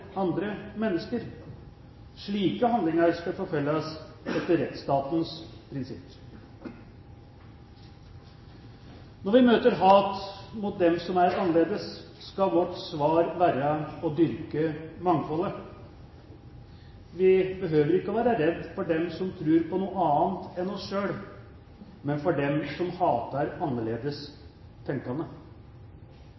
andre mennesker. Slike handlinger skal forfølges etter rettsstatens prinsipper. Når vi møter hat mot dem som er annerledes, skal vårt svar være å dyrke mangfoldet. Vi behøver ikke være redd for dem som tror på noe annet enn oss selv, men for dem som hater annerledes